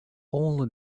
all